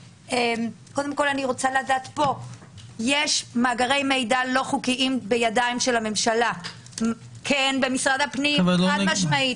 יש מאגרי מידע לא חוקיים בידיים של הממשלה במשרד הפנים חד-משמעית.